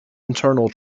internal